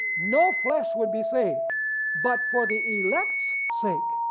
no flesh would be saved but for the elects sake,